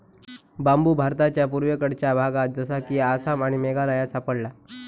बांबु भारताच्या पुर्वेकडच्या भागात जसा कि आसाम आणि मेघालयात सापडता